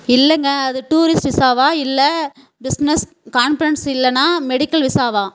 இல்லைங்க அது டூரிஸ்ட் விசாவா இல்லை பிஸ்னஸ் கான்ஃபிரென்ஸ் இல்லனால் மெடிக்கல் விசாவா